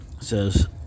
says